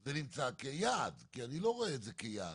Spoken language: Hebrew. זה נמצא כיעד כי אני לא רואה את זה כיעד,